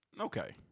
Okay